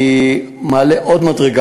אני מעלה עוד מדרגה.